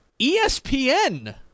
ESPN